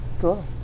Cool